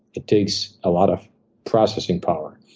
it takes a lot of processing power.